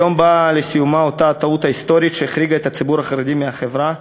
היום באה לסיומה אותה טעות היסטורית שהחריגה את הציבור החרדי מהחברה.